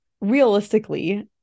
realistically